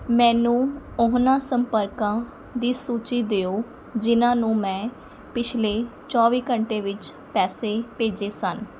ਮੈਨੂੰ ਉਹਨਾਂ ਸੰਪਰਕਾਂ ਦੀ ਸੂਚੀ ਦਿਓ ਜਿਨ੍ਹਾਂ ਨੂੰ ਮੈਂ ਪਿਛਲੇ ਚੌਵੀ ਘੰਟੇ ਵਿੱਚ ਪੈਸੇ ਭੇਜੇ ਸਨ